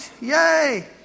Yay